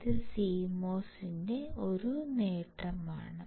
ഇത് CMOS ന്റെ ഒരു നേട്ടമാണ്